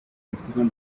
lexicon